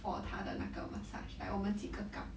for 他的那个 massage like 我们几个 cut